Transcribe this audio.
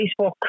Facebook